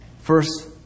First